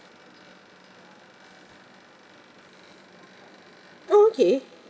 oh okay